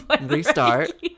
restart